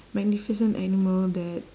magnificent animal that